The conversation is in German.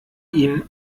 ihm